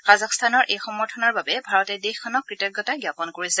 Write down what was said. কাজাখস্তানৰ এই সমৰ্থনৰ বাবে ভাৰতে দেশখনক কৃতজ্ঞতা জ্ঞাপন কৰিছে